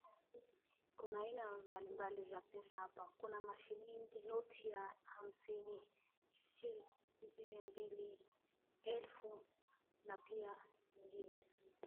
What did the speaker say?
Kuna aina mbalimbali za pesa hapa. Kuna mashilingi, noti ya hamsini, mia mbili, elfu na pia mingine.